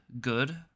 good